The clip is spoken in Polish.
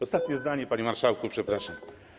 Ostatnie zdanie, panie marszałku, przepraszam.